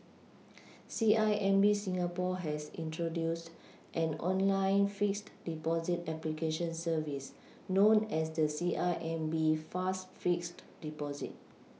C I M B Singapore has introduced an online fixed Deposit application service known as the C I M B fast fixed Deposit